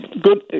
good